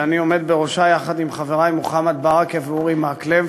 שאני עומד בראשה יחד עם חברי מוחמד ברכה ואורי מקלב,